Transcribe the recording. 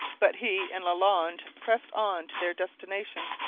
but he and lalande pressed on to their destination.